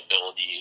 ability